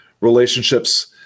relationships